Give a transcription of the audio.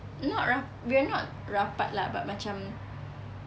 not rap~ we are not rapat lah but macam